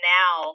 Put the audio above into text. now